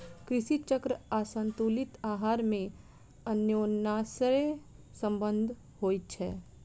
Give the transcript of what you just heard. कृषि चक्र आसंतुलित आहार मे अन्योनाश्रय संबंध होइत छै